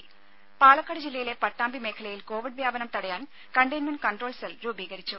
ത പാലക്കാട് ജില്ലയിലെ പട്ടാമ്പി മേഖലയിൽ കോവിഡ് വ്യാപനം തടയാൻ കണ്ടെയ്മെന്റ് കൺട്രോൾ സെൽ രൂപീകരിച്ചു